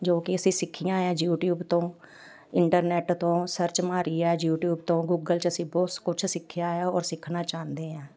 ਜੋ ਕਿ ਅਸੀਂ ਸਿੱਖੀਆਂ ਹੈ ਯੂਟਿਊਬ ਤੋਂ ਇੰਟਰਨੈਟ ਤੋਂ ਸਰਚ ਮਾਰੀ ਆ ਯੂਟਿਊਬ ਤੋਂ ਗੂਗਲ 'ਚ ਅਸੀਂ ਬਹੁਤ ਕੁਛ ਸਿੱਖਿਆ ਹੈ ਔਰ ਸਿੱਖਣਾ ਚਾਹੁੰਦੇ ਹਾਂ